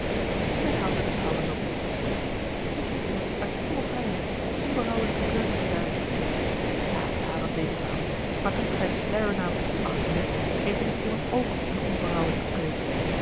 zij haalde de schouders op ik heb immers uit volle vrijheid de onberouwelijke keuze gedaan ja ja dat weet ik wel maar toen gij den sluier naamt op uw achttiende heette dit immers ook eene onberouwelijke keuze